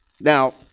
now